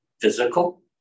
physical